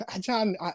John